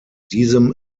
diesem